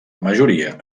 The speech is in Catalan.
majoria